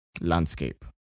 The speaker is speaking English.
landscape